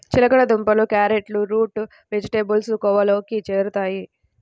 చిలకడ దుంపలు, క్యారెట్లు రూట్ వెజిటేబుల్స్ కోవలోకి చేరుతాయి